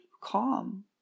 calm